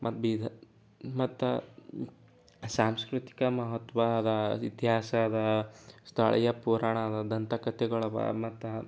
ಮತ್ತೆ ಬೀದರ್ ಮತ್ತೆ ಸಾಂಸ್ಕೃತಿಕ ಮಹತ್ವ ಅದ ಇತಿಹಾಸ ಅದ ಸ್ಥಳೀಯ ಪುರಾಣ ಅದ ದಂತಕಥೆಗಳು ಅವ ಮತ್ತೆ